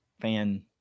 fan